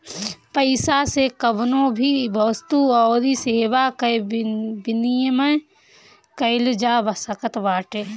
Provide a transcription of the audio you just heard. पईसा से कवनो भी वस्तु अउरी सेवा कअ विनिमय कईल जा सकत बाटे